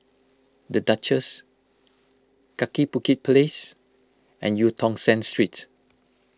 the Duchess Kaki Bukit Place and Eu Tong Sen Street